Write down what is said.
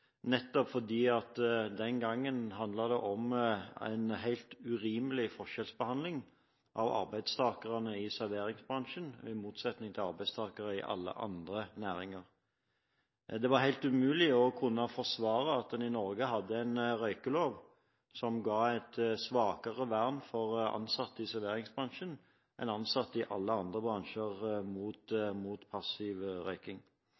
nettopp fordi det den gang handlet om en helt urimelig forskjellsbehandling av arbeidstakerne i serveringsbransjen – i motsetning til arbeidstakere i alle andre næringer. Det var helt umulig å kunne forsvare at en i Norge hadde en røykelov som ga et svakere vern mot passiv røyking for ansatte i serveringsbransjen, enn for ansatte i alle andre bransjer.